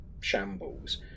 shambles